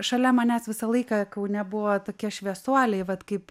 šalia manęs visą laiką kaune buvo tokie šviesuoliai vat kaip